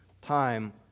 Time